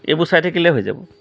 এইবোৰ চাই থাকিলে হৈ যাব